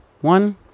one